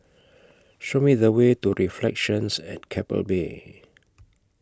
Show Me The Way to Reflections At Keppel Bay